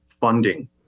funding